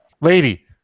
lady